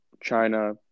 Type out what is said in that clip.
China